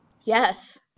Yes